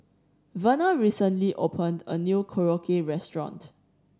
Verna recently opened a new Korokke Restaurant